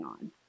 on